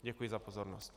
Děkuji za pozornost.